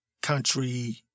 Country